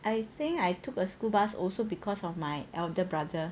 I think I took a school bus also because of my elder brother